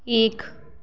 एक